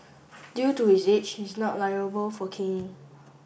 due to his age he's not liable for caning